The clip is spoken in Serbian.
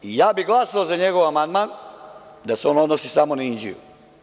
Ja bih glasao za njegov amandman da se on odnosi samo na Inđiju.